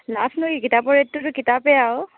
লাভনো কি কিতাপৰ ৰেডটোতো কিতাপেই আৰু